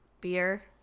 beer